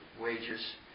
wages